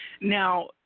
Now